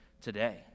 today